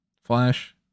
flash